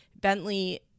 Bentley